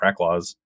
Cracklaws